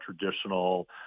traditional